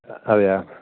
അതെയോ